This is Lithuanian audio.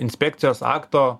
inspekcijos akto